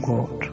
God